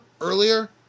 earlier